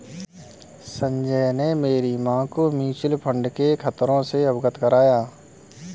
संजय ने मेरी मां को म्यूचुअल फंड के खतरों से अवगत कराया